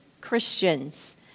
Christians